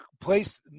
place